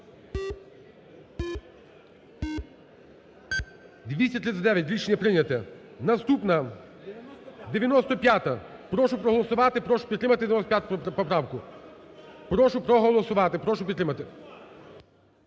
за. Рішення прийняте. Наступна: 95-а, прошу проголосувати, прошу підтримати 95 поправку. Прошу проголосувати, прошу підтримати,